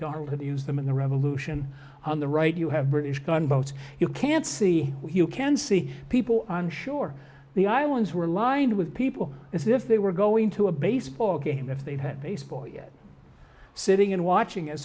to use them in the revolution on the right you have british gunboats you can't see you can see people on shore the islands were lined with people as if they were going to a baseball game if they had baseball yet sitting and watching as